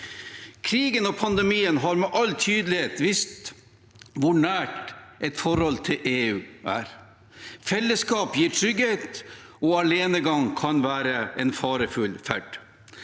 Krigen og pandemien har med all tydelighet vist hvor nært forholdet til EU er. Fellesskap gir trygghet, og alenegang kan være en farefull ferd.